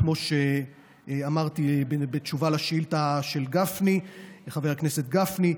כמו שאמרתי בתשובה לשאילתה של חבר הכנסת גפני,